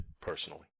personally